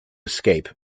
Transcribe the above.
escape